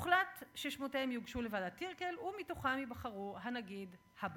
הוחלט ששמותיהם יוגשו לוועדת טירקל ומתוכם ייבחר הנגיד הבא.